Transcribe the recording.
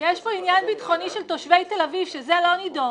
יש פה עניין ביטחוני של תושבי תל אביב שזה לא נידון.